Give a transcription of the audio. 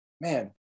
man